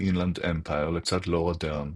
"אינלנד אמפייר" לצד לורה דרן.